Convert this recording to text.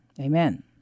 Amen